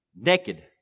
naked